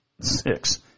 six